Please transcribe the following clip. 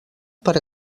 per